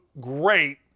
great